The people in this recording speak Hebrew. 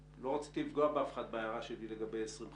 ההערה לגבי 2050